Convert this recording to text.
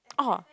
oh